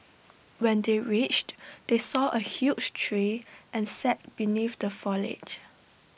when they reached they saw A huge tree and sat beneath the foliage